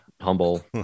humble